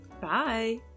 Bye